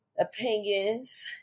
opinions